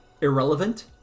Irrelevant